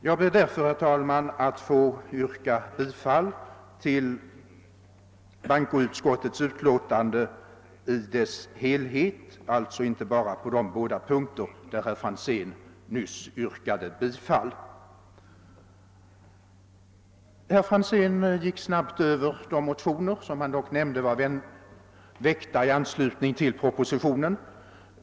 Jag ber därför, herr talman, att få yrka bifall till bankoutskottets utlåtande i dess helhet, alltså inte bara de båda punkter som herr Franzén nyss yrkade bifall till. Herr Franzén gick snabbt över de motioner som väckts i anslutning till propositionen.